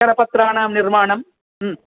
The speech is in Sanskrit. करपत्राणां निर्माणं